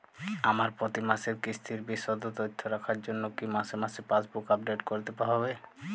আমার প্রতি মাসের কিস্তির বিশদ তথ্য রাখার জন্য কি মাসে মাসে পাসবুক আপডেট করতে হবে?